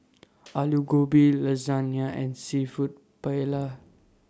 Alu Gobi Lasagna and Seafood Paella